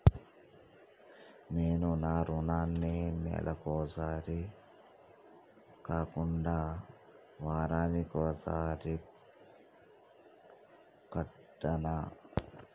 నేను నా రుణాన్ని నెలకొకసారి కాకుండా వారానికోసారి కడ్తన్నా